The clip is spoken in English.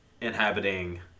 inhabiting